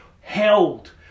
held